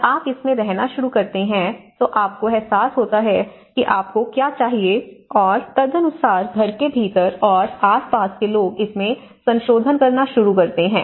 जब आप इसमें रहना शुरू करते हैं तो आपको एहसास होता है कि आपको क्या चाहिए और तदनुसार घर के भीतर और आसपास के लोग इसमें संशोधन करना शुरू करते हैं